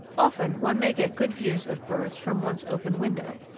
often one may get good views of birds from one's open window,